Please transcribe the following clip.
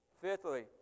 fifthly